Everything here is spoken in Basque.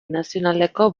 nazionaleko